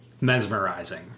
mesmerizing